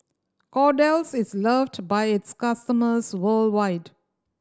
Kordel's is loved by its customers worldwide